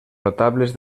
notables